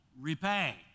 repay